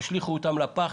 תשליכו אותם לפח.